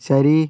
ശരി